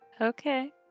Okay